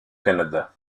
canada